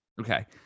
Okay